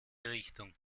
richtung